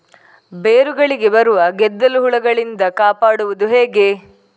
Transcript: ಬೇರುಗಳಿಗೆ ಬರುವ ಗೆದ್ದಲು ಹುಳಗಳಿಂದ ಕಾಪಾಡುವುದು ಹೇಗೆ?